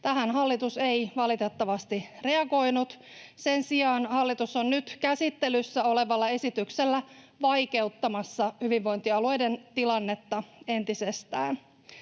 Tähän hallitus ei valitettavasti reagoinut. Sen sijaan hallitus on nyt käsittelyssä olevalla esityksellä vaikeuttamassa hyvinvointialueiden tilannetta entisestään.